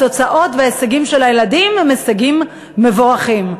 התוצאות וההישגים של הילדים הם הישגים מבורכים,